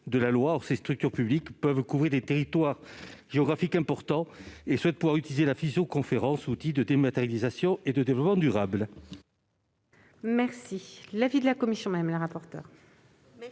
de la loi. Or ces structures publiques peuvent couvrir des territoires géographiques importants et souhaitent pouvoir utiliser la visioconférence, outil de dématérialisation et de développement durable. Quel est l'avis de la commission ? Ces amendements